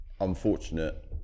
unfortunate